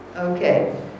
Okay